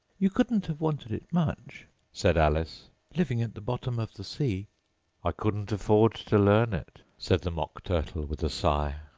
you couldn't have wanted it much said alice living at the bottom of the sea i couldn't afford to learn it said the mock turtle with a sigh.